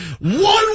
one